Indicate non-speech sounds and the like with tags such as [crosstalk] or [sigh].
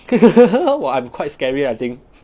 [laughs] !wah! I'm quite scary I think